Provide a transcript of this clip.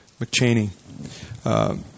McChaney